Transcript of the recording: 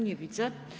Nie widzę.